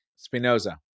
Spinoza